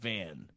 Van